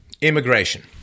immigration